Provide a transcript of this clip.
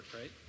right